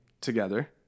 together